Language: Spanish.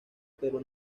pero